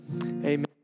amen